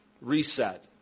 Reset